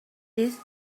this